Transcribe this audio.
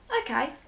okay